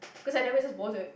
cause I never just bothered